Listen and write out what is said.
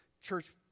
church